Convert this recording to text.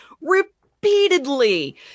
repeatedly